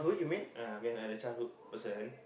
uh mean like childhood person